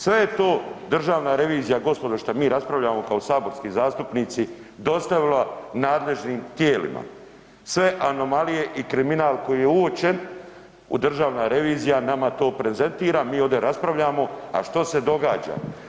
Sve je to Državna revizija gospodo što mi raspravljamo kao saborski zastupnici dostavila nadležnim tijelima, sve anomalije i kriminal koji je uočen u državna revizija nama to prezentira, mi ode raspravljamo, a što se događa?